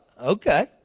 okay